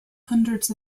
hundreds